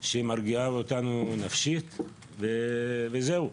שמרגיעה אותנו נפשית וזהו.